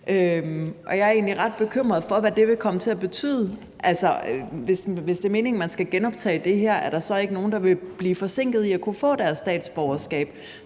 egentlig ret bekymret for, hvad det vil komme til at betyde. Altså, hvis det er meningen, at man skal genoptage det her, er der så ikke nogle, der vil blive forsinket i at kunne få deres statsborgerskab?